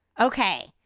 Okay